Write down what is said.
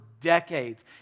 decades